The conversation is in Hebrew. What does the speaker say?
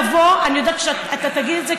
אני ידעתי שתגיד את זה,